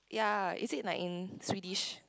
ya is it like in Swedish